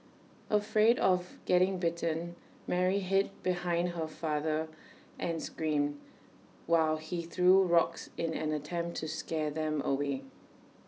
afraid of getting bitten Mary hid behind her father and screamed while he threw rocks in an attempt to scare them away